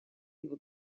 его